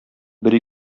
бер